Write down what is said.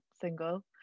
single